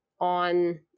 on